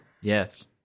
yes